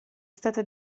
stata